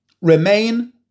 Remain